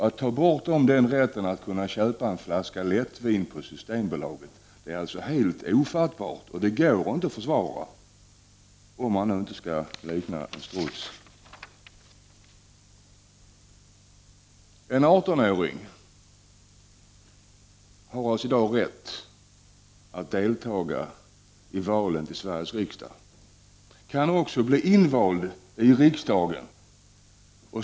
Att man tar ifrån dem rätten att köpa en flaska lättvin på Systembolaget är helt ofattbart och går inte att försvara — om man nu inte skall likna en struts. En 18-åring har i dag rätt att delta i valen till Sveriges riksdag och kan även bli invald i riksdagen.